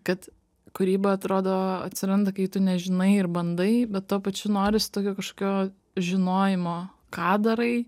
kad kūryba atrodo atsiranda kai tu nežinai ir bandai bet tuo pačiu norisi tokio kažkokio žinojimo ką darai